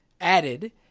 added